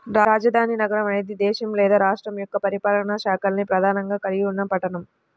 రాజధాని నగరం అనేది దేశం లేదా రాష్ట్రం యొక్క పరిపాలనా శాఖల్ని ప్రధానంగా కలిగిన పట్టణం